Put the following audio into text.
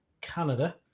Canada